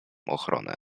ochronę